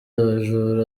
abajura